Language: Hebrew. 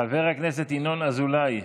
חבר הכנסת ינון אזולאי.